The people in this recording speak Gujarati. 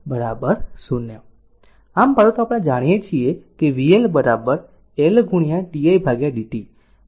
આમ પરંતુ આપણે જાણીએ છીએ કે vL L di dt અને vR I r